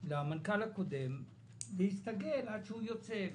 למנכ"ל הקודם להסתגל עד שהוא יוצא,